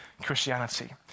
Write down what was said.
Christianity